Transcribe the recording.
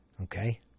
Okay